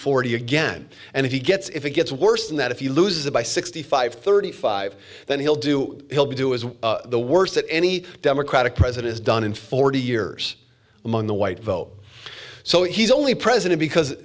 forty again and if he gets if it gets worse than that if you lose the by sixty five thirty five then he'll do he'll be doing the worst that any democratic president has done in forty years among the white vote so he's only president because